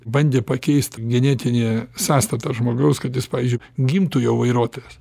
bandė pakeist genetinį sąstatą žmogaus kad jis pavyzdžiui gimtų jau vairuotojas